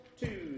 two